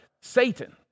Satan